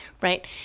right